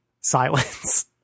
silence